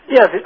Yes